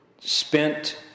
spent